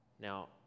Now